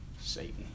Satan